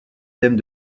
thème